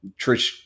Trish